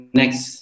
next